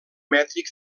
mètric